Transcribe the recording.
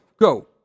Go